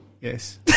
Yes